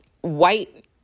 white